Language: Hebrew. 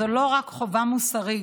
זו לא רק חובה מוסרית,